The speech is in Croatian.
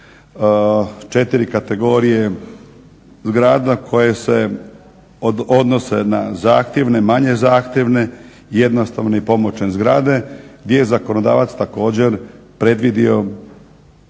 4 kategorije zgrada koje se odnose na zahtjevne, manje zahtjevne, jednostavne i pomoćne zgrade gdje je zakonodavac također predvidio